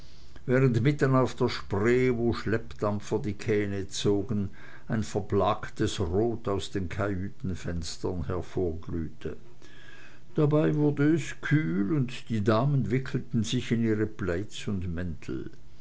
mitten auf der spree wo schleppdampfer die kähne zogen ein verblaktes rot aus den kajütenfenstern hervorglühte dabei wurde es kühl und die damen wickelten sich in ihre plaids und mäntel